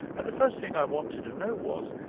and the first thing i wanted to know was,